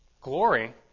glory